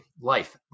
Life